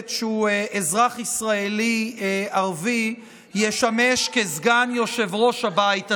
שהוא אזרח ישראלי ערבי ישמש כסגן יושב-ראש הבית הזה.